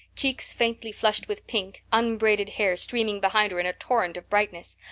cheeks faintly flushed with pink, unbraided hair streaming behind her in a torrent of brightness.